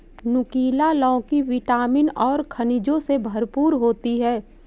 नुकीला लौकी विटामिन और खनिजों से भरपूर होती है